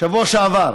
בשבוע שעבר.